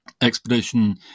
expedition